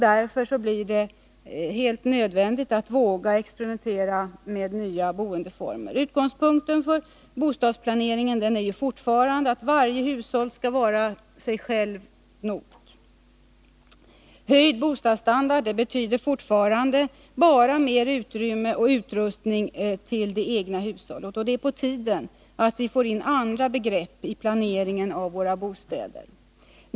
Därför blir det helt nödvändigt att våga experimentera med nya boendeformer. Utgångspunkten för bostadsplaneringen är fortfarande att varje hushåll skall vara sig självt nog. Höjd bostadsstandard betyder fortfarande bara mer utrymmen och utrustning till det egna hushållet. Det är på tiden att vi får in andra begrepp i planeringen av våra bostäder.